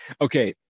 Okay